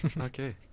Okay